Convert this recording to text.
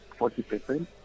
40%